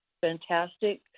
fantastic